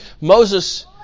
Moses